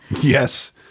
Yes